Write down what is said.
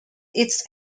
its